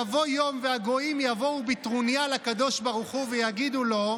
יבוא יום והגויים יבואו בטרוניה לקדוש ברוך הוא ויגידו לו: